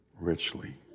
richly